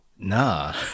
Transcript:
Nah